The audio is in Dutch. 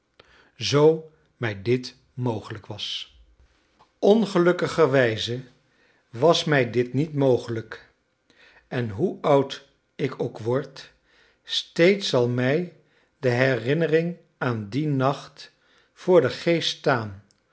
zoo mij dit mogelijk was ongelukkigerwijze was mij dit niet mogelijk en hoe oud ik ook word steeds zal mij de herinnering aan dien nacht voor den geest staan